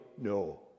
No